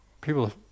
People